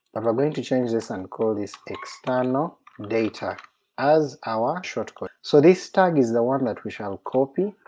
but we're going to change this and call this external data as our short code. so this tag is the one that we shall copy,